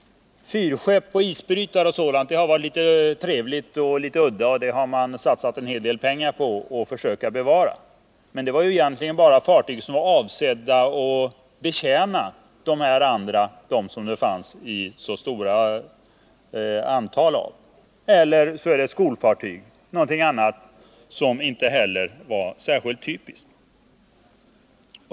Fyrskepp, isbrytare och sådant har varit trevliga och litet udda, och dem har man satsat en hel del pengar på att försöka bevara. Men det var ju egentligen fartyg som bara var avsedda att betjäna de andra och som det fanns ett stort antal av. Annars är det fråga om skolfartyg, som inte heller var särskilt typiska.